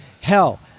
Hell